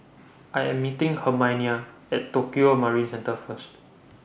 I Am meeting Herminia At Tokio Marine Centre First